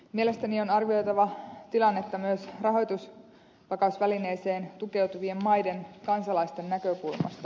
mielestäni on arvioitava tilannetta myös rahoitusvakausvälineeseen tukeutuvien maiden kansalaisten näkökulmasta